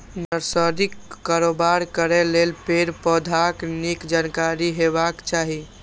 नर्सरीक कारोबार करै लेल पेड़, पौधाक नीक जानकारी हेबाक चाही